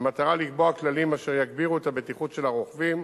במטרה לקבוע כללים אשר יגבירו את הבטיחות של הרוכבים,